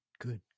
good